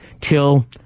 till